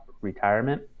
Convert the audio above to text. retirement